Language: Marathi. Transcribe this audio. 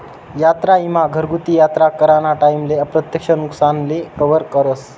यात्रा ईमा घरगुती यात्रा कराना टाईमले अप्रत्यक्ष नुकसानले कवर करस